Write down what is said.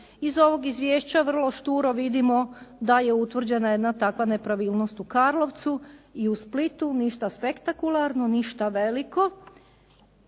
Iz ovog izvješća vrlo šturo vidimo da je utvrđena jedna takva nepravilnost u Karlovcu i u Splitu, ništa spektakularno, ništa veliko